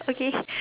okay